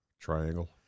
triangle